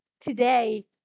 today